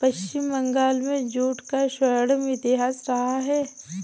पश्चिम बंगाल में जूट का स्वर्णिम इतिहास रहा है